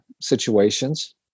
situations